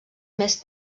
més